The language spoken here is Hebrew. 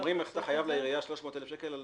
אומרים אתה חייב לעירייה 300,000 שקל?